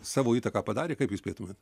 savo įtaką padarė kaip jūs spėtumėt